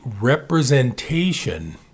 representation